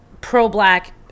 pro-black